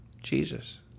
Jesus